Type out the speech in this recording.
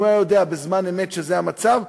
אם הוא היה יודע בזמן אמת שזה המצב,